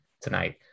tonight